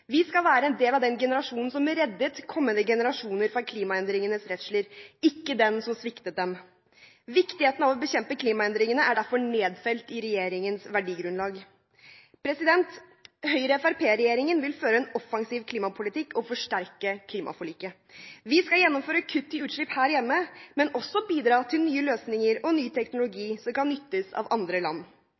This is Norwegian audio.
Vi skal være en del av den generasjonen som reddet kommende generasjoner fra klimaendringenes redsler, ikke den som sviktet dem. Viktigheten av å bekjempe klimaendringene er derfor nedfelt i regjeringens verdigrunnlag. Høyre–Fremskrittsparti-regjeringen vil føre en offensiv klimapolitikk og forsterke klimaforliket. Vi skal gjennomføre kutt i utslipp her hjemme, men også bidra til nye løsninger og ny teknologi som kan nyttes av andre land.